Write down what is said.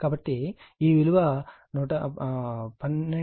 కాబట్టి ఈ విలువ 12